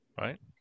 Right